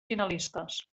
finalistes